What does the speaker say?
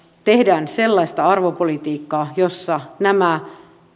tehdään sellaista arvopolitiikkaa jossa nämä